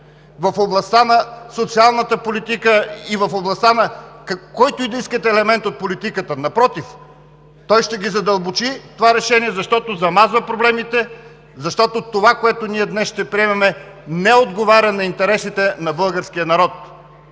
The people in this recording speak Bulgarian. в областта на социалната политика и в областта на който и да искате елемент от политиката. Напротив, това решение замазва проблемите, защото това, което днес ще приемем, не отговаря на интересите на българския народ.